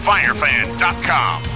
Firefan.com